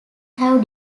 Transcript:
have